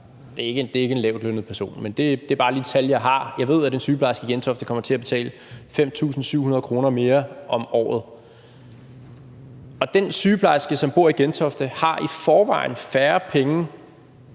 det er ikke en lavtlønnet person, men det er et tal, jeg har – i Gentofte Kommune kommer til at betale 5.700 kr. mere om året, og den sygeplejerske, der bor i Gentofte, har i forvejen færre penge,